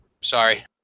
Sorry